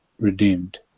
redeemed